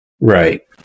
Right